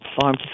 Farm